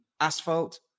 asphalt